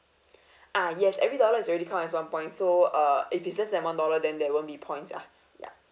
ah yes every dollar is already count as one point so uh if it's less than one dollar then there won't be points lah ya